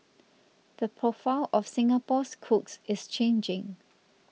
the profile of Singapore's cooks is changing